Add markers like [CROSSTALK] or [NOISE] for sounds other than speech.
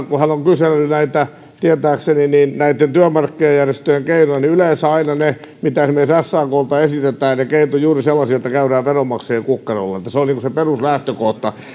[UNINTELLIGIBLE] kun hän on on kysellyt tietääkseni näitten työmarkkinajärjestöjen keinoja yleensä aina ne keinot mitä esimerkiksi saklta esitetään ovat juuri sellaisia että käydään veronmaksajan kukkarolla että se on niin kuin se peruslähtökohta